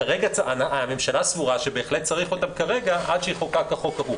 כרגע הממשלה סבורה שבהחלט צריך אותם עד שיחוקק החוק ההוא.